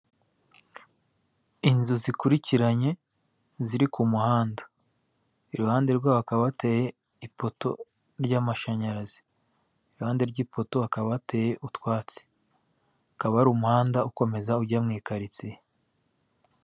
Inzu zikurikiranye ziri ku muhanda, iruhande rwaho hakaba hateye ipoto ry'amashanyarazi, iruhande ry'ipoto hakaba hateye utwatsi, hakaba hari umuhanda ukomeza ujya mu ikaritsiye.